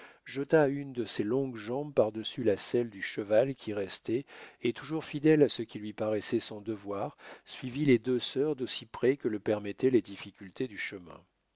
jeta une de ses longues jambes par-dessus la selle du cheval qui restait et toujours fidèle à ce qui lui paraissait son devoir suivit les deux sœurs d'aussi près que le permettaient les difficultés du chemin